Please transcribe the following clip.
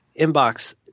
inbox